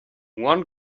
one